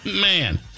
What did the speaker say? Man